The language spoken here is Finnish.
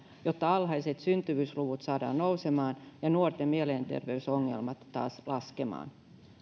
jotta alhaiset syntyvyysluvut saadaan nousemaan ja nuorten mielenterveysongelmat taas laskemaan